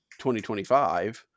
2025